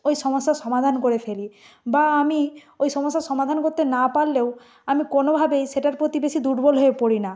ওই সমস্যার সমাধান করে ফেলি বা আমি ওই সমস্যার সমাধান করতে না পারলেও আমি কোনভাবেই সেটার প্রতি বেশি দুর্বল হয়ে পড়ি না